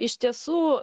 iš tiesų